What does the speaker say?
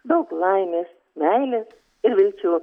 daug laimės meilės ir vilčių